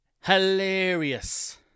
Hilarious